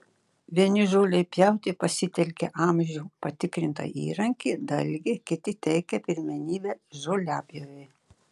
vieni žolei pjauti pasitelkia amžių patikrintą įrankį dalgį kiti teikia pirmenybę žoliapjovei